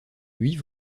huit